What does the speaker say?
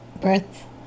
breath